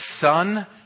son